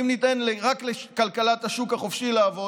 אם ניתן רק לכלכלת השוק החופשי לעבוד,